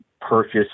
purchase